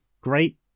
great